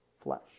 flesh